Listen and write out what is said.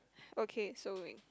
okay so wait